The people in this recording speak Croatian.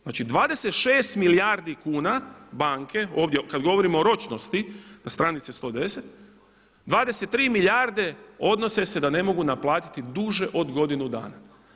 Znači, 26 milijardi kuna banke ovdje kad govorimo o ročnosti na stranici 110., 23 milijarde odnose se da ne mogu naplatiti duže od godinu dana.